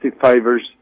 fibers